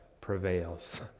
prevails